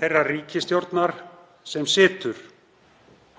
þeirrar ríkisstjórnar sem situr.